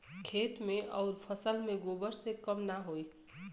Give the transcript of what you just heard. खेत मे अउर फसल मे गोबर से कम ना होई?